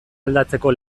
aldatzeko